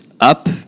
up